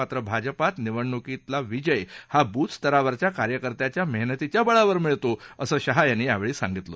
मात्र भाजपात निवडणुकीतला विजय हा बुथ स्तरावरच्या कार्यकर्त्यांच्या मेहनतीच्या बळावर मिळतो असं शहा यांनी यावेळी सांगितलं